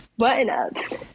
button-ups